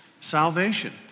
salvation